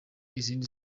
izindi